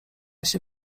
się